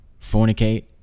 fornicate